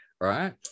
Right